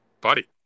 Buddy